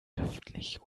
schriftlich